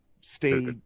stay